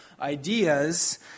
ideas